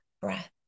breath